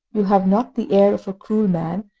you have not the air of a cruel man,